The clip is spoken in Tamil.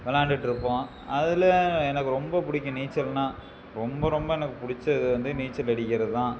விளாண்டுட்ருப்போம் அதில் எனக்கு ரொம்ப பிடிக்கும் நீச்சல்னால் ரொம்ப ரொம்ப எனக்கு பிடிச்சது வந்து நீச்சல் அடிக்கிறது தான்